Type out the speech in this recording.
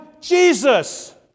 Jesus